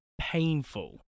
painful